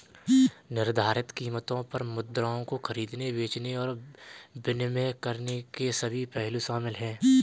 निर्धारित कीमतों पर मुद्राओं को खरीदने, बेचने और विनिमय करने के सभी पहलू शामिल हैं